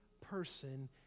person